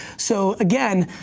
so again,